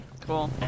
Cool